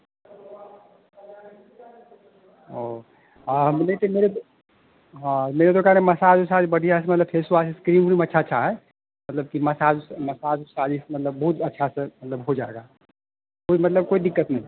और हाँ हम नी तो मेरे तो हाँ मेरे दुकान में मसाज ओसाज बढ़िया से मतलब फेसवास क्रीम उरीम अच्छा अच्छा है मतलब कि मसाज मसाज और मतलब बहुत अच्छा से मतलब हो जाएगा कोई मतलब कोई दिक्कत नहीं है